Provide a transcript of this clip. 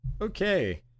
Okay